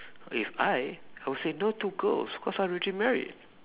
if I I will say no to girls cause I already married